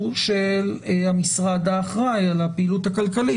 של המשרד האחראי על הפעילות הכלכלית,